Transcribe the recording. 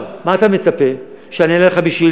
מה אתה מצפה, שאני אענה לך בשאילתה